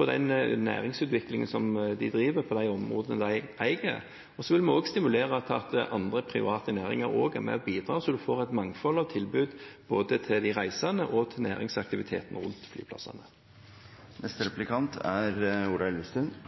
i den næringsutviklingen som de driver på de områdene de eier. Så vil vi også stimulere til at andre private næringer er med og bidrar, slik at en får et mangfold av tilbud – både til de reisende og til næringsaktiviteten rundt flyplassene. Takk for svaret. Det er